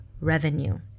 revenue